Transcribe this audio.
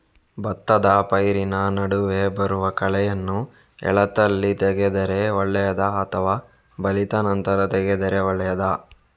ಭತ್ತದ ಪೈರಿನ ನಡುವೆ ಬರುವ ಕಳೆಯನ್ನು ಎಳತ್ತಲ್ಲಿ ತೆಗೆದರೆ ಒಳ್ಳೆಯದಾ ಅಥವಾ ಬಲಿತ ನಂತರ ತೆಗೆದರೆ ಒಳ್ಳೆಯದಾ?